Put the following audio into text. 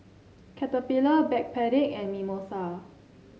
Caterpillar Backpedic and Mimosa